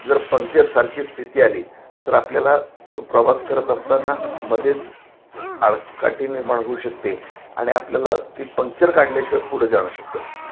जर पंक्चरसारखी स्थिती आली तर आपल्याला तो प्रवास करत असताना मध्येच आडकाठी निर्माण होऊ शकते आणि आपल्याला ती पंक्चर काढल्याशिवाय पुढे जाणं शक्य नाही